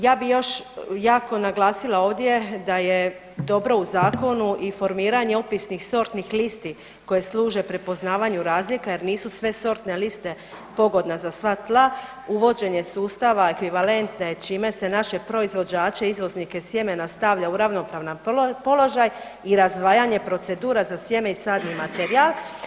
Ja bih još jako naglasila ovdje da je dobro u zakonu i formiranje upisnih sortnih listi koje služe prepoznavanju razlika jer nisu sve sortne liste pogodna za sva tla, uvođenje sustava ekvivalentne čime se naše proizvođače izvoznike sjemena stavlja u ravnopravan položaj i razdvajanje procedura za sjeme i sadni materijal.